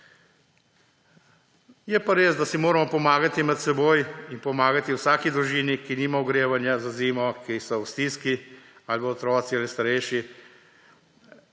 Je pa res, da si moramo pomagati med seboj, pomagati vsaki družini, ki nima ogrevanja za zimo, ki so v stiski, ali pa otroci in starejši.